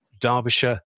Derbyshire